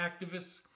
activists